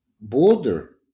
border